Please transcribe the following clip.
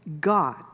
God